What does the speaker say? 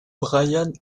bryan